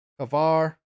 Kavar